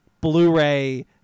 blu-ray